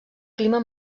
clima